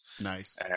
Nice